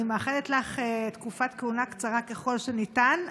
אני מאחלת לך תקופת כהונה קצרה ככל שניתן,